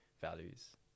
values